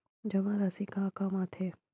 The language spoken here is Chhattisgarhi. जमा राशि का काम आथे?